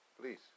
Please